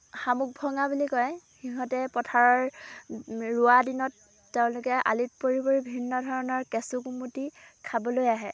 শামুকভঙা বুলি কয় সিহঁতে পথাৰ ৰোৱা দিনত তেওঁলোকে আলিত পৰি পৰি ভিন্ন ধৰণৰ কেঁচু কুমটি খাবলৈ আহে